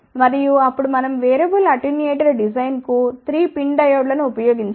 మరియు అప్పుడు మనం వేరియబుల్ అటెన్యూయేటర్ డిజైన్ కు 3 PIN డయోడ్లను ఉపయోగించాము